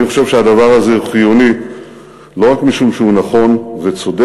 אני חושב שהדבר הזה הוא חיוני לא רק משום שהוא נכון וצודק,